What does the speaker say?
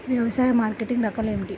వ్యవసాయ మార్కెటింగ్ రకాలు ఏమిటి?